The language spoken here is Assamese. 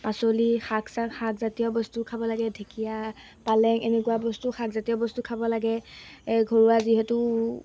পাচলি শাক চাক শাকজাতীয় বস্তু খাব লাগে ঢেকীয়া পালেং এনেকুৱা বস্তু শাকজাতীয় বস্তু খাব লাগে ঘৰুৱা যিহেতু